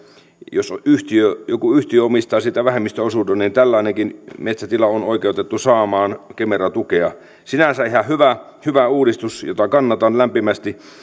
jos joku yhtiö omistaa siitä vähemmistöosuuden niin tällainenkin metsätila on oikeutettu saamaan kemera tukea sinänsä ihan hyvä uudistus jota kannatan lämpimästi